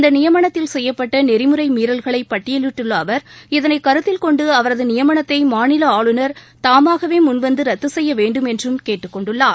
இந்த நியமனத்தில் செய்யப்பட்ட நெறிமுறை மீறல்களை பட்டியலிட்டுள்ள அவர் இதனை கருத்தில் கொண்டு அவரது நியமனத்தை மாநில ஆளுநர் தாமாகவே முன்வந்து ரத்து செய்ய வேண்டும் என்றும் கேட்டுக் கொண்டுள்ளார்